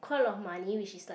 quite a lot of money which is like